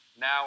now